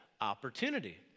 opportunity